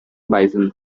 bison